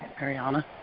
Ariana